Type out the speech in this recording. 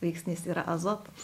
veiksnys yra azotas